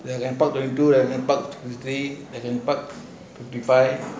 carpark they lepak